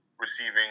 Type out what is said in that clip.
receiving